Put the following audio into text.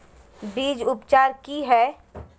बीज उपचार कि हैय?